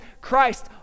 Christ